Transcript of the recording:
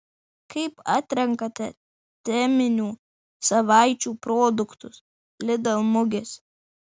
kaip atrenkate teminių savaičių produktus lidl mugėse